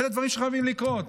אלה דברים שחייבים לקרות.